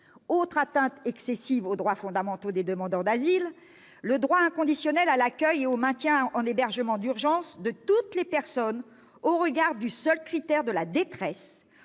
Autre atteinte excessive aux droits fondamentaux des demandeurs d'asile, le droit inconditionnel à l'accueil et au maintien en hébergement d'urgence de toutes les personnes au regard du seul critère de la détresse,